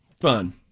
fun